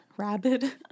Rabid